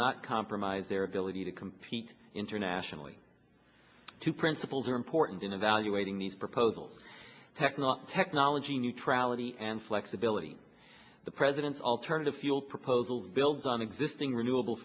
not compromise their ability to compete internationally two principles are important in evaluating these proposals tech not technology neutrality and flexibility the president's alternative fuel proposal builds on existing renewable